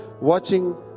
watching